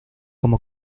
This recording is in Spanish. como